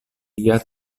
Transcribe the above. lia